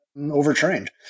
overtrained